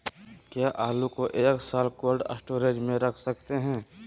क्या आलू को एक साल कोल्ड स्टोरेज में रख सकते हैं?